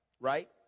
right